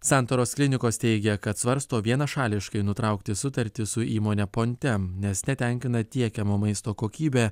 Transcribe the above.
santaros klinikos teigia kad svarsto vienašališkai nutraukti sutartį su įmone pontem nes netenkina tiekiamo maisto kokybė